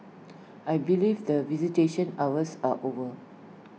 I believe that visitation hours are over